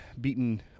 beaten